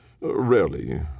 Rarely